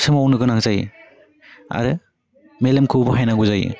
सोमावनो गोनां जायो आरो मेलेमखौ बाहायनांगौ जायो